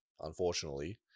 unfortunately